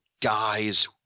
guys